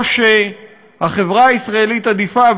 או שהחברה הישראלית עדיפה,